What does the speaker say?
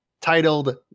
titled